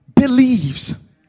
believes